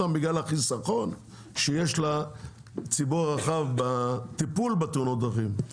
בגלל החיסכון שיש לציבור הרחב בטיפול בתאונות הדרכים.